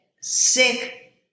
sick